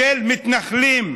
של מתנחלים,